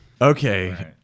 Okay